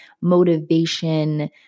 motivation